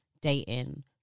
dating